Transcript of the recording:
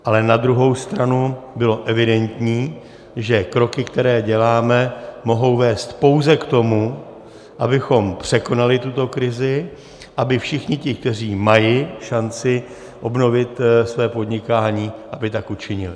Ale na druhou stranu bylo evidentní, že kroky, které děláme, mohou vést pouze k tomu, abychom překonali tuto krizi, aby všichni ti, kteří mají šanci obnovit své podnikání, aby tak učinili.